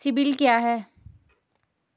CIBIL क्या है?